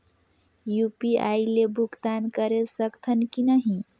UPI ले भुगतान करे सकथन कि नहीं?